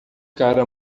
cara